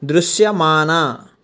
దృశ్యమాన